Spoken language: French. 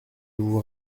vous